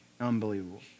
Unbelievable